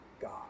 God